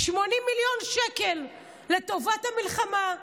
80 מיליון שקל לטובת המלחמה.